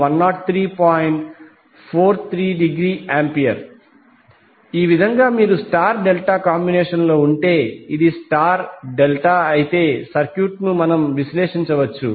43°A ఈ విధంగా మీరు స్టార్ డెల్టా కాంబినేషన్ లో ఉంటే అది స్టార్ డెల్టా అయితే సర్క్యూట్ను మనం విశ్లేషించవచ్చు